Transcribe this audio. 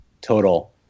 total